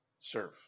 serve